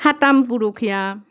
সাতাম পুৰুষীয়া